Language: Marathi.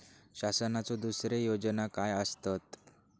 शासनाचो दुसरे योजना काय आसतत?